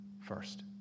first